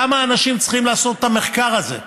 כמה אנשים צריכים לעשות את המחקר הזה.